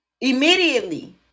Immediately